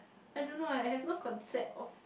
I don't leh I have no concept of